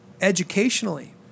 educationally